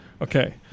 Okay